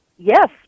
Yes